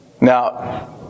Now